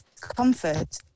comfort